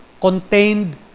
contained